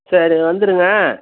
சரி வந்துருங்கள்